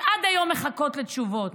שעד היום מחכות לתשובות,